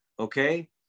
okay